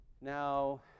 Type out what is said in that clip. Now